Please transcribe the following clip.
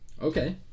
Okay